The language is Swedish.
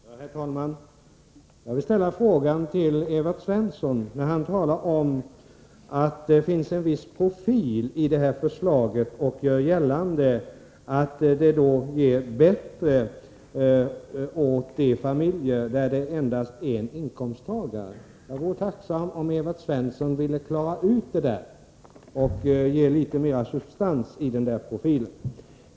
Herr talman! Jag vill ställa en fråga till Evert Svensson, när han talar om att det finns en viss profil i detta förslag och gör gällande att det medför förbättringar för familjer med endast en inkomsttagare. Jag vore tacksam om Evert Svensson kunde klara ut detta och ge mera substans åt den profilen.